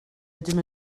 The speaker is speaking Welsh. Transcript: ydym